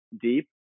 deep